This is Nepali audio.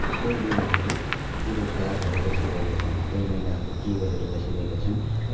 कोही महिलाहरू बेरोजगार भएर बसेरहेका छन् कोही महिलाहरू केही हरेर बसिरहेका छन्